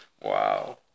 Wow